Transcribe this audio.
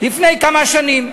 לפני כמה שנים.